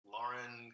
Lauren